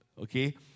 Okay